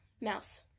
Mouse